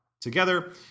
Together